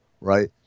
Right